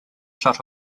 shut